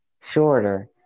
shorter